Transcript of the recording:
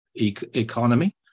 economy